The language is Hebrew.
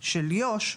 של יו"ש,